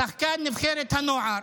שחקן נבחרת הנוער,